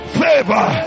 favor